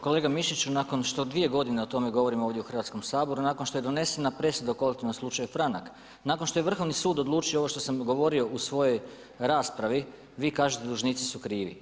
Kolega Mišiću nakon što 2 godine o tome govorim ovdje u Hrvatskom saboru, nakon što je donesena presuda u kolektivnom slučaju Franak, nakon što je Vrhovni sud odlučio ovo što sam i govorio u svojoj raspravi, vi kažete dužnici su krivi.